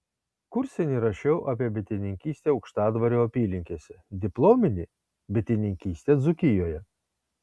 kursinį rašiau apie bitininkystę aukštadvario apylinkėse diplominį bitininkystę dzūkijoje